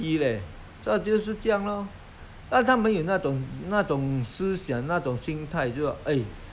!huh! 比下面的他们的父母就这样比较贫困他们要买一些东西就